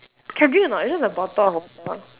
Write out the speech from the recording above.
can drink or not it's just a bottle of water